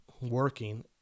working